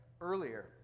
earlier